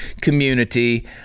community